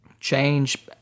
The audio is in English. change